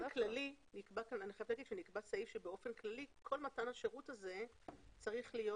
נקבע סעיף שבאופן כללי כל מתן השירות הזה צריך להיות